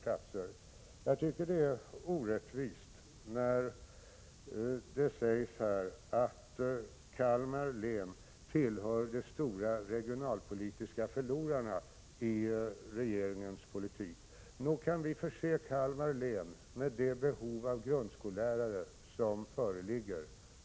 Jag tycker det är orättvist när det sägs här att Kalmar län tillhör de stora regionalpolitiska förlorarna i regeringens politik. Nog kan vi förse Kalmar län med det behov av grundskollärare som föreligger.